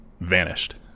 vanished